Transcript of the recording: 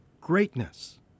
Greatness